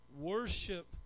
Worship